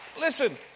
Listen